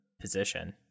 position